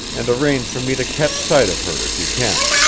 and arrange for me to catch sight of her, if you can.